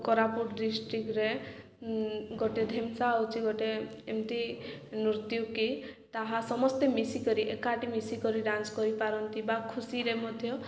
କୋରାପୁଟ ଡିଷ୍ଟ୍ରିକଟ୍ରେ ଗୋଟେ ଢେମସା ହେଉଛି ଗୋଟେ ଏମିତି ନୃତ୍ୟ କି ତାହା ସମସ୍ତେ ମିଶି କରି ଏକାଠି ମିଶି କରି ଡାନ୍ସ କରିପାରନ୍ତି ବା ଖୁସିରେ ମଧ୍ୟ